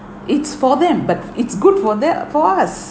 it's for them but it's good for their for us